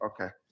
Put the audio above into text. Okay